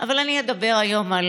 אבל אני אדבר היום על